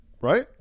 Right